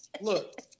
look